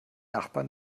nachbarn